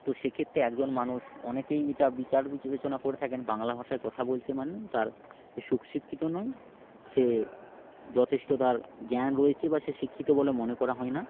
তো সেক্ষেত্রে একজন মানুষ অনেকেই এটা বিচার বিচবেচনা করে থাকেন বাংলা ভাষায় কথা বলছে মানে তার সু শিক্ষিত নয় সে যথেষ্ট তার জ্ঞান রয়েছে বা সে শিক্ষিত বলে মনে করা হয় না